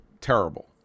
terrible